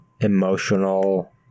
emotional